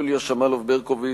יוליה שמאלוב-ברקוביץ,